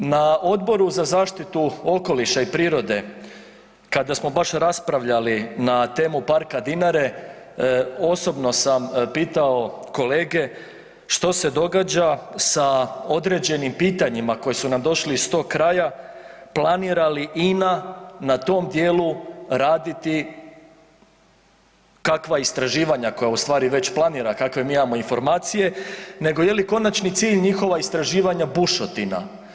Na Odboru za zaštitu okoliša i prirode kada smo baš raspravljali na temu Parka Dinare osobno sam pitao kolege što se događa sa određenim pitanjima koji su nam došli iz tog kraja, planira li INA na tom dijelu raditi kakva istraživanja koja u stvari već planira kakve mi imamo informacije, nego je li konačni cilj njihova istraživanja bušotina?